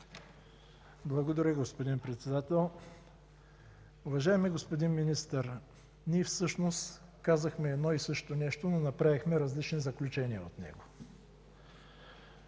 Благодаря, господин Председател. Уважаеми господин Министър, ние всъщност казахме едно и също нещо, но направихме различни заключения в него.